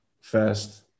Fast